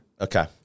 Okay